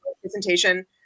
presentation